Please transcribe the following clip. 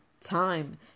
time